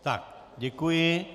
Tak, děkuji.